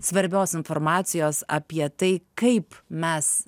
svarbios informacijos apie tai kaip mes